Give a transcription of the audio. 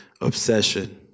obsession